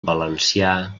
valencià